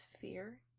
fear